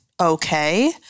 okay